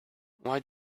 why